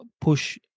push